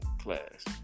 class